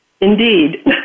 Indeed